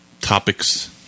topics